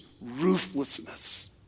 ruthlessness